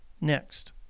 Next